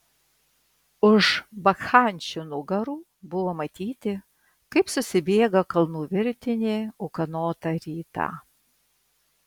už bakchančių nugarų buvo matyti kaip susibėga kalnų virtinė ūkanotą rytą